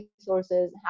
resources